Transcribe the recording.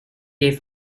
gave